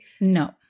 no